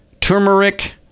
turmeric